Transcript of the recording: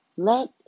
let